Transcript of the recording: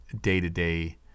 day-to-day